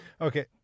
Okay